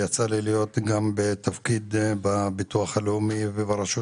יצא לי להיות בתפקיד בביטוח הלאומי וברשות